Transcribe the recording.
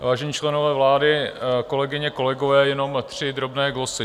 Vážení členové vlády, kolegyně, kolegové, jenom tři drobné glosy.